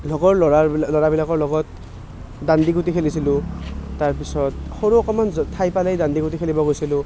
লগৰ ল'ৰা ল'ৰাবিলাকৰ লগত দাণ্ডীগুটি খেলিছিলোঁ তাৰপিছত সৰু অকণমাণ ঠাই পালেই দাণ্ডীগুটি খেলিব গৈছিলোঁ